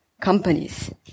companies